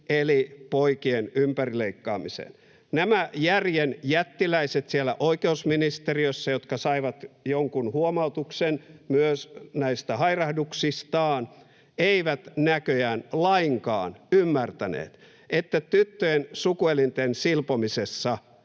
eli poikien ympärileikkaamiseen. Nämä järjen jättiläiset siellä oikeusministeriössä — jotka myös saivat jonkun huomautuksen näistä hairahduksistaan — eivät näköjään lainkaan ymmärtäneet, että tyttöjen suku-elinten silpomisessa